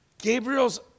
Gabriel's